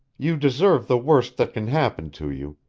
you deserve the worst that can happen to you.